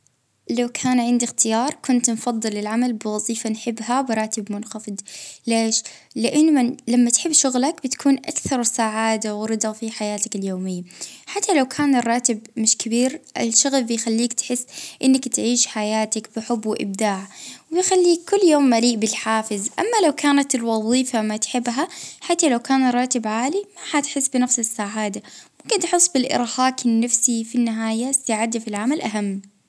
اه نختار وظيفة نحبها اكيد لأنها الراحة النفسية اه أغلى من المال بهلبا.